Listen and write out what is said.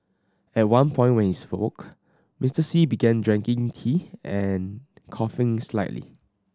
at one point when he spoke Mr Xi began drinking tea and coughing slightly